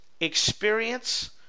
experience